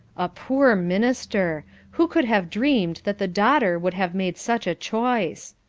a poor minister! who could have dreamed that the daughter would have made such a choice.